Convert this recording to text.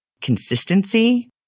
consistency